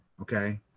okay